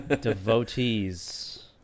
Devotees